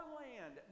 land